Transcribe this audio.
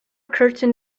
curtain